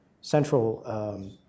central